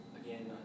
again